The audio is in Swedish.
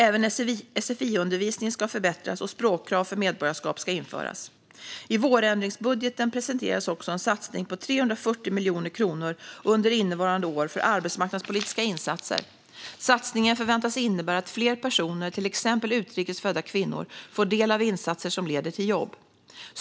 Även sfi-undervisningen ska förbättras, och språkkrav för medborgarskap ska införas. I vårändringsbudgeten presenterades också en satsning på 340 miljoner kronor under innevarande år för arbetsmarknadspolitiska insatser. Satsningen förväntas innebära att fler personer, till exempel utrikes födda kvinnor, får del av insatser som leder till jobb.